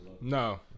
No